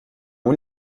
اون